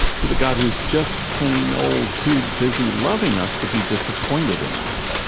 to the god who's just plain-old too busy loving us to be disappointed in us.